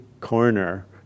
corner